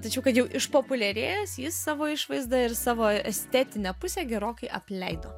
tačiau kad jau išpopuliarėjęs jis savo išvaizda ir savo estetinę pusę gerokai apleido